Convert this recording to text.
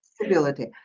stability